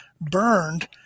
burned